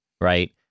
right